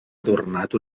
adornat